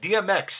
DMX